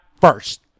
first